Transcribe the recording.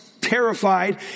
terrified